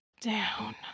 down